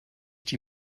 die